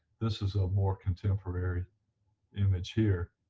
this is a more contemporary image here,